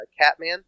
Catman